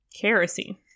kerosene